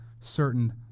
certain